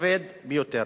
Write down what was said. הכבד ביותר.